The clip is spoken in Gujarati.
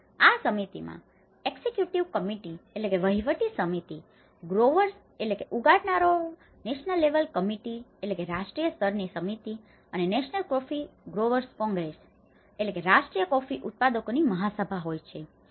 અને આ સમિતિમાં એક્સિક્યુટિવ કમિટી executive committeeવહીવટી સમિતિ ગ્રોવર્સ growers ઉગાડનારાઓ national level committee national level committeeરાષ્ટ્રીય સ્તરની સમિતિ અને national coffee growers congress national coffee growers congressરાષ્ટ્રીય કોફી ઉત્પાદકોની મહાસભા પણ હોય છે